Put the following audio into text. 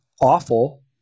awful